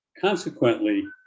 Consequently